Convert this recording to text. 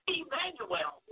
Emmanuel